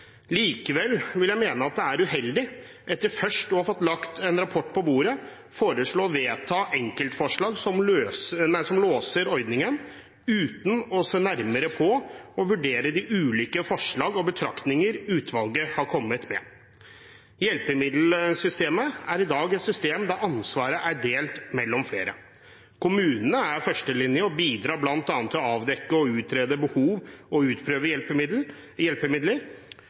Likevel vil jeg mene at det er uheldig, etter først å ha fått en rapport lagt på bordet, å komme med enkeltforslag som låser ordningen uten å se nærmere på og vurdere de ulike forslag og betraktninger utvalget har kommet med. Hjelpemiddelsystemet er i dag et system der ansvaret er delt mellom flere. Kommunene er førstelinje og bidrar bl.a. til å avdekke og utrede behov og utprøve hjelpemidler. Kommunene har videre et ansvar for å tildele og finansiere hjelpemidler